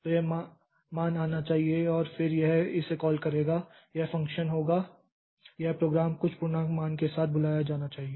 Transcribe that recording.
तो यह मान आना चाहिए और फिर यह इसे कॉल करेगा यह फ़ंक्शन होगा यह प्रोग्राम कुछ पूर्णांक मान के साथ बुलाया जाना चाहिए